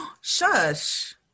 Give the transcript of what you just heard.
Shush